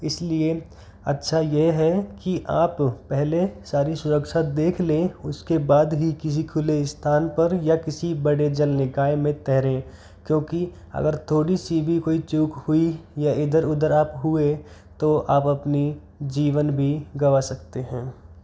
इसलिए अच्छा ये है कि आप पहले सारी सुरक्षा देख लें उस के बाद ही किसी खुले स्थान पर या किसी बड़े जल निकाय में तैरे क्योंकि अगर थोड़ी सी भी कोई चूक हुई या इधर उधर आप हुए तो आप अपनी जीवन भी गवाँ सकते हैं